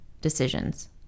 decisions